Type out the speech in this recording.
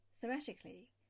Theoretically